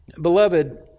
beloved